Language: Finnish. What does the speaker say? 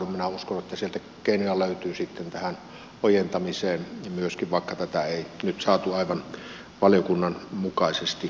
minä uskon että sieltä keinoja löytyy sitten tähän ojentamiseen myöskin vaikka tätä ei nyt saatu aivan valiokunnan mukaisesti läpi